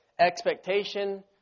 expectation